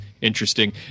interesting